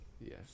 Yes